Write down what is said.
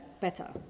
better